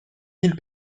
mille